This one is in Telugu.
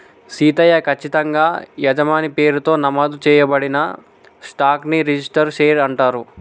సీతయ్య, కచ్చితంగా యజమాని పేరుతో నమోదు చేయబడిన స్టాక్ ని రిజిస్టరు షేర్ అంటారు